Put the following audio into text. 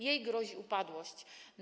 Jej grozi upadłość.